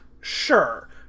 Sure